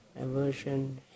aversion